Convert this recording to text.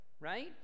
right